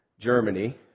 Germany